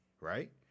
right